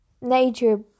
nature